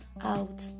out